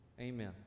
Amen